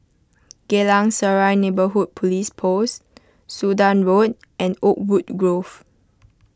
Geylang Serai Neighbourhood Police Post Sudan Road and Oakwood Grove